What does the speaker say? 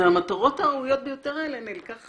מהמטרות הראויות ביותר האלה נלקח